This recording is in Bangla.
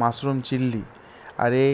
মাশরুম চিলি আর এ